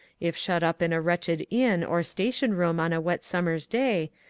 if shut up in a wretched inn or station room on a wet summer's day,